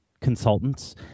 consultants